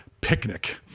picnic